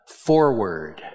forward